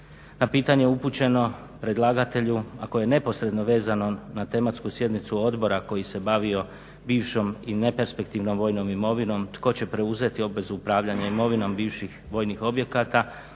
Na pitanje upućeno predlagatelju, a koje je neposredno vezano na tematsku sjednicu odbora koji se bavio bivšom i neperspektivnom vojnom imovinom, tko će preuzeti obvezu upravljanja imovinom bivših vojnih objekata,